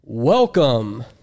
Welcome